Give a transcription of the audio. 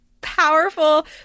powerful